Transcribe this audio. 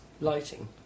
lighting